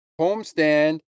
homestand